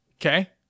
Okay